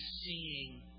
seeing